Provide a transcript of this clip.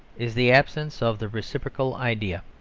is the absence of the reciprocal idea.